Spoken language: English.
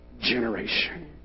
generation